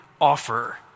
offer